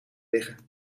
liggen